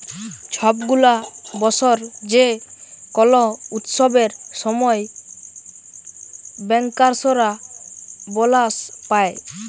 ছব গুলা বসর যে কল উৎসবের সময় ব্যাংকার্সরা বলাস পায়